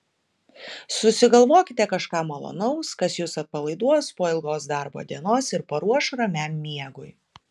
susigalvokite kažką malonaus kas jus atpalaiduos po ilgos darbo dienos ir paruoš ramiam miegui